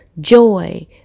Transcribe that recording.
joy